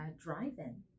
drive-in